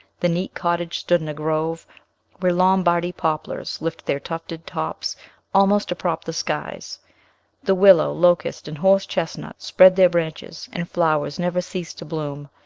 the neat cottage stood in a grove where lombardy poplars lift their tufted tops almost to prop the skies the willow, locust, and horse-chestnut spread their branches, and flowers never cease to blossom.